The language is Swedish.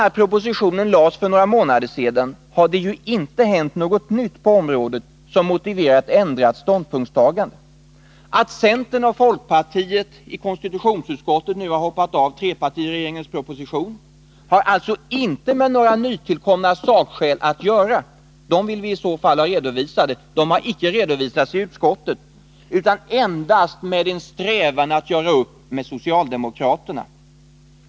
Sedan propositionen framlades för några månader sedan har det inte hänt något nytt på området som motiverar ett ändrat ståndpunktstagande. Att centern och folkpartiet i konstitutionsutskottet nu har hoppat av trepartiregeringens proposition har alltså inte med några nytillkomna sakskäl att göra. Dessa vill vi i så fall få redovisade; de har inte redovisats i utskottet. Anledningen till avhoppet är endast att man strävar efter att göra upp med socialdemokraterna.